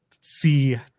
see